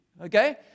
Okay